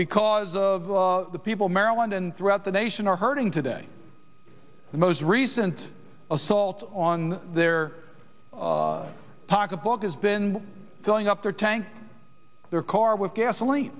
because of the people maryland and throughout the nation are hurting today the most recent assault on their pocketbook has been filling up their tank their car with gasoline